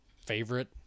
favorite